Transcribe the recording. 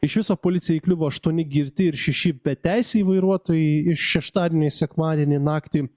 iš viso policijai įkliuvo aštuoni girti ir šeši beteisiai vairuotojai iš šeštadienį į sekmadienį naktį